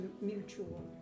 mutual